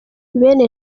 bene